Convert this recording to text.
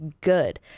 good